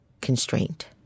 constraint